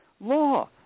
law